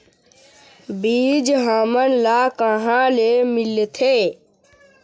बीज हमन ला कहां ले मिलथे?